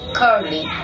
curly